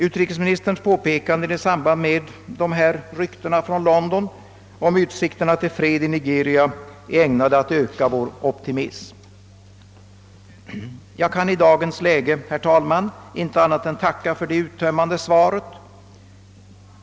Utrikesministerns påpekanden i samband med dessa rykten från London om utsikterna till fred i Nigeria är ägnade att öka vår optimism. Jag kan i dagens läge, herr talman, inte annat än tacka för det uttömmande svaret.